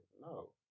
no